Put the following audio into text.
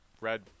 red